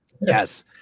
Yes